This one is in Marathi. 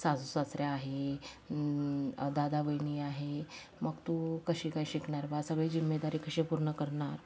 सासू सासरे आहे दादा वहिनी आहे मग तू कशी काय शिकणार बुवा सगळी जिम्मेदारी कशी पूर्ण करणार